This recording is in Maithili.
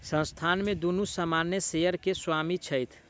संस्थान में दुनू सामान्य शेयर के स्वामी छथि